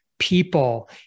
people